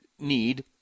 need